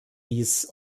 dies